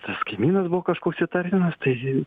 tas kaimynas buvo kažkoks įtartinas taigi